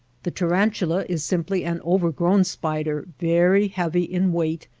the taran tula is simply an overgrown spider, very heavy in weight,